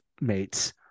mates